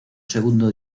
segundo